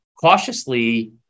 cautiously